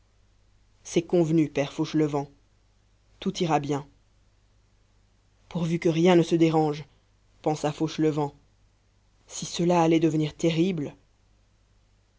c'est convenu père fauchelevent tout ira bien pourvu que rien ne se dérange pensa fauchelevent si cela allait devenir terrible